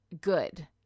good